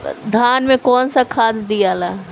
धान मे कौन सा खाद दियाला?